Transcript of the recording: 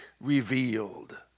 revealed